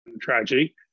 tragedy